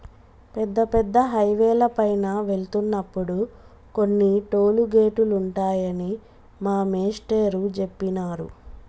పెద్ద పెద్ద హైవేల పైన వెళ్తున్నప్పుడు కొన్ని టోలు గేటులుంటాయని మా మేష్టారు జెప్పినారు